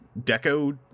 deco